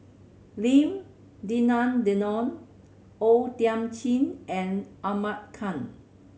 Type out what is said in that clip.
Lim Denan Denon O Thiam Chin and Ahmad Khan